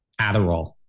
Adderall